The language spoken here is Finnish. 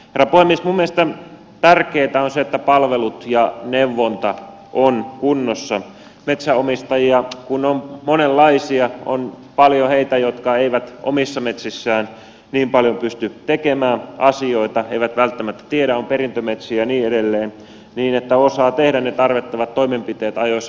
minun mielestä tärkeätä on se että palvelut ja neuvonta ovat kunnossa metsänomistajia kun on monenlaisia on paljon heitä jotka eivät omissa metsissään niin paljon pysty tekemään asioita eivät välttämättä tiedä on perintömetsiä ja niin edelleen niin että osaa tehdä ne tarvittavat toimenpiteet ajoissa metsänhoidollisesti